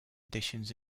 editions